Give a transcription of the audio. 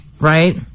Right